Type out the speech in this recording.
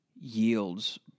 yields